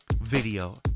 video